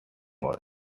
out